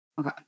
okay